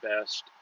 best